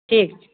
ठीक